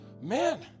man